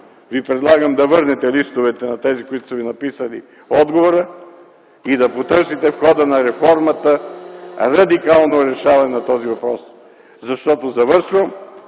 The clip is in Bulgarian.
Ви предлагам да върнете листовете на тези, които са Ви написали отговора, и да потърсите в хода на реформата радикално решаване на този въпрос. (Председателят